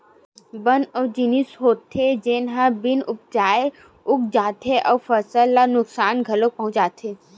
बन ओ जिनिस होथे जेन ह बिन उपजाए उग जाथे अउ फसल ल नुकसान घलोक पहुचाथे